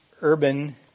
urban